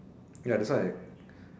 ya that's why